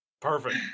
Perfect